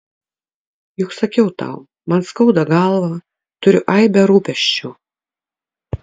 juk sakiau tau man skauda galvą turiu aibę rūpesčių